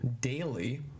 daily